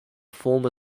former